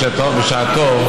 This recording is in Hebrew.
אז בשעתו,